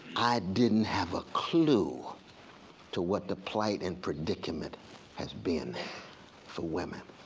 i didn't have a clue to what the plight and predicament has been for women.